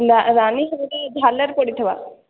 ରାଣୀ ଏମିତି ଝାଲର ପଡ଼ିଥିବା